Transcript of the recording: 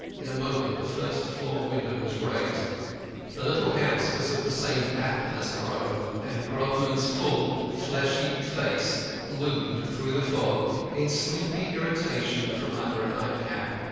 in a moment the first-floor window was raised the little house was of the same pattern as her own and grodman's full fleshy face loomed through the fog in sleepy irritation from under a nightcap.